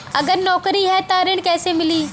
अगर नौकरी ह त ऋण कैसे मिली?